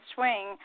Swing